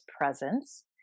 presence